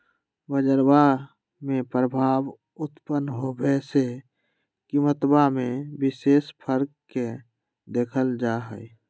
बजरवा में प्रभाव उत्पन्न होवे से कीमतवा में विशेष फर्क के देखल जाहई